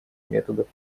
методов